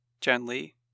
Gently